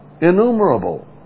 innumerable